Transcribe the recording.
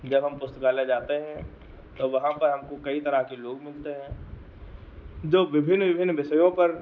जब हम पुस्तकालय जाते हैं तो वहाँ पर हमको कई तरह के लोग मिलते हैं जो विभिन्न विभिन्न विषयों पर